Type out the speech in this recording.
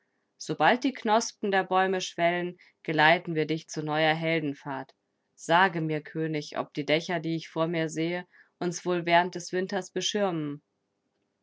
sobald die knospen der bäume schwellen geleiten wir dich zu neuer heldenfahrt sage mir könig ob die dächer die ich vor mir sehe uns wohl während des winters beschirmen